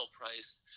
price